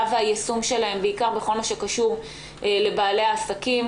והיישום שלהן בעיקר בכל מה שקשור לבעלי עסקים.